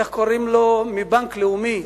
מבנק לאומי,